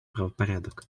правопорядок